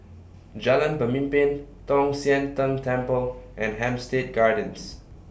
Jalan Pemimpin Tong Sian Tng Temple and Hampstead Gardens